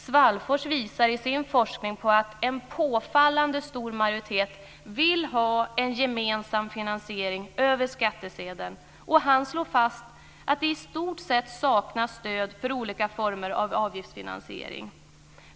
Svallfors visar i sin forskning på att en påfallande stor majoritet vill ha en gemensam finansiering över skattsedeln, och han slår fast att det i stort sett saknas stöd för olika former av avgiftsfinansiering.